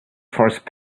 first